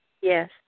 Yes